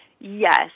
Yes